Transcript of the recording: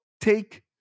take